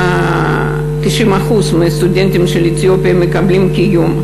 90% מהסטודנטים האתיופים מקבלים מלגות קיום,